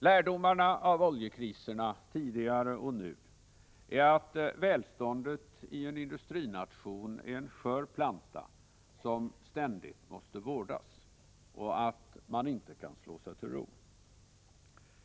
Lärdomarna av oljekriserna — tidigare och nu — är att vä industrination är en skör planta som ständigt måste vårdas och att man inte kan slå sig till ro.